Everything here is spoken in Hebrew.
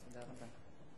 תודה רבה.